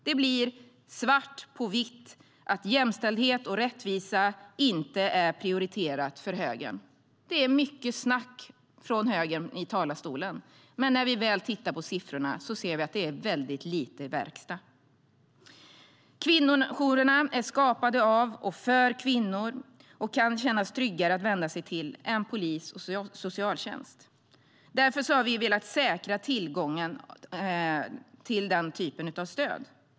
Det blir svart på vitt att jämställdhet och rättvisa inte är prioriterat för högern. Det är mycket snack från högern i talarstolen. Men när vi väl tittar på siffrorna ser vi att det är väldigt lite verkstad. Kvinnojourerna är skapade av och för kvinnor och kan kännas tryggare att vända sig till än polis eller socialtjänst. Därför har vi velat säkra tillgången till den typen av stöd.